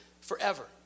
forever